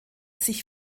sich